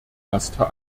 erster